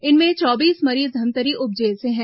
इनमें चौबीस मरीज धमतरी उप जेल से हैं